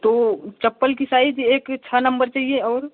तो चप्पल की साइज एक की छः नंबर चाहिए औउर